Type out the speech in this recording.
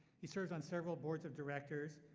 he serves on several boards of directors.